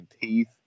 teeth